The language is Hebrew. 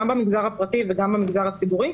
גם במגזר הפרטי וגם במגזר הציבורי,